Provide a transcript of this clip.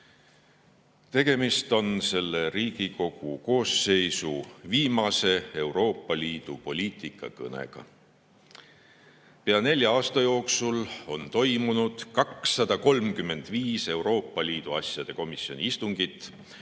Tegemist on selle Riigikogu koosseisu viimase Euroopa Liidu poliitika kõnega. Pea nelja aasta jooksul on toimunud 235 Euroopa Liidu asjade komisjoni istungit,